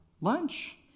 lunch